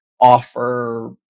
Offer